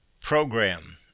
Program